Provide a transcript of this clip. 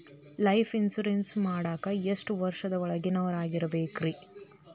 Life insurance ಮಾಡಾಕ ಎಷ್ಟು ವರ್ಷದ ಒಳಗಿನವರಾಗಿರಬೇಕ್ರಿ?